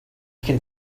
can